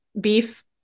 beef